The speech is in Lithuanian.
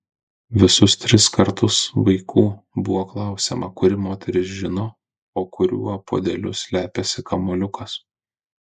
visus tris kartus vaikų buvo klausiama kuri moteris žino po kuriuo puodeliu slepiasi kamuoliukas